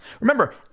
Remember